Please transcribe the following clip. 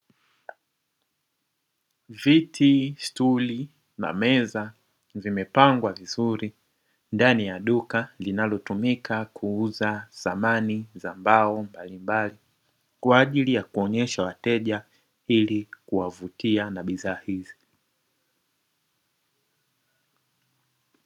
Viti, stuli na meza vimepangwa vizuri ndani ya duka, linalotumika kuuza samani za mbao mbalimbali kwaajili ya kuwaonyesha wateja, ili kuwavutia na bidhaa hizi.